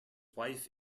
wife